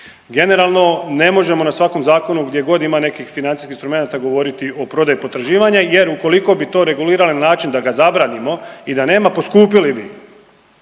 Generalno ne možemo na svakom zakonu gdje god ima nekih financijskih instrumenata govoriti o prodaji potraživanja jer ukoliko bi to regulirale na način da ga zabranimo i da nema poskupili bi